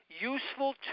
useful